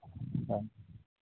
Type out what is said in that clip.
ᱦᱳᱭ